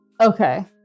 Okay